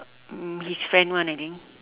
um his friend [one] I think